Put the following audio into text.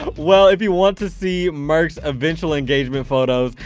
well if you want to see merk's eventual engagement photos,